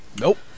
Nope